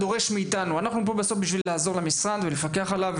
פה בשביל לעזור למשרד ולפקח על תפקודו,